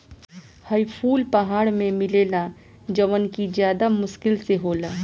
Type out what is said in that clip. हई फूल पहाड़ में मिलेला जवन कि ज्यदा मुश्किल से होला